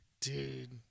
dude